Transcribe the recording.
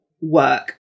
work